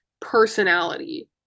personality